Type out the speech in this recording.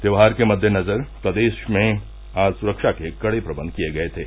त्यौहार के मद्देनजर प्रदेश में आज सुरक्षा के कड़े प्रबंध किये गये थे